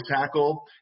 tackle